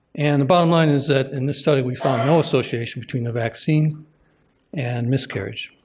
and the bottom line is that in this study we found no association between the vaccine and miscarriage.